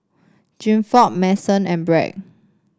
Gilford Mason and Bret